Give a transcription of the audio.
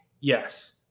Yes